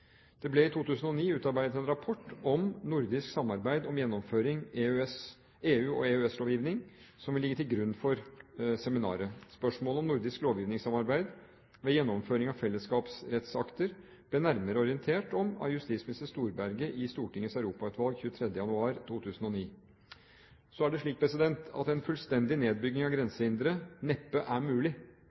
Det ble i 2009 utarbeidet en rapport om nordisk samarbeid om gjennomføring av EU- og EØS-lovgivning, som vil ligge til grunn for seminaret. Spørsmålet om nordisk lovgivningssamarbeid ved gjennomføring av fellesskapsrettsakter ble nærmere orientert om av justisminister Storberget i Stortingets europautvalg 23. januar 2009. Så er det slik at en fullstendig nedbygging av grensehindre neppe er mulig,